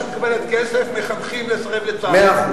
אני לא נגד שבישיבה שמקבלת כסף מחנכים לסרב לצה"ל,